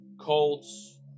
Colts